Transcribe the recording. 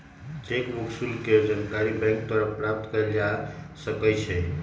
cheque book शुल्क के जानकारी बैंक द्वारा प्राप्त कयल जा सकइ छइ